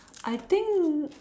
I think